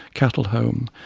cattle home,